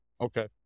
Okay